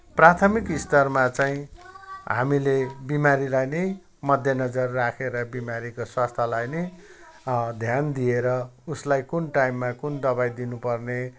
प्राथमिक स्तरमा चाहिँ हामीले बिमारीलाई नै मध्यनजर राखेर बिमारीको स्वास्थ्यलाई नै ध्यान दिएर उसलाई कुन टाइममा कुन दवाई दिनपर्ने